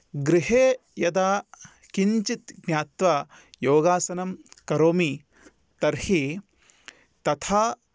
गृहे यदा किञ्चित् ज्ञात्वा योगासनं करोमि तर्हि तथा